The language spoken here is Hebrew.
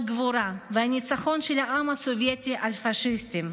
של הגבורה והניצחון של העם הסובייטי על הפשיסטים.